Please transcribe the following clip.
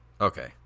Okay